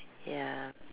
ya